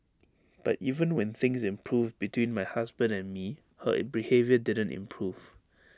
but even when things improved between my husband and me her behaviour didn't improve